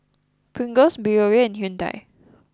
Pringles Biore and Hyundai